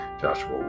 Joshua